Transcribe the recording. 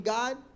God